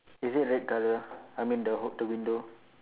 is it red colour I mean the ho~ the window